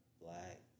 black